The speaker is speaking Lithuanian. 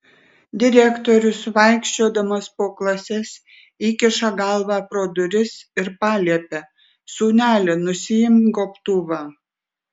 direktorius vaikščiodamas po klases įkiša galvą pro duris ir paliepia sūneli nusiimk gobtuvą